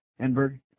Enberg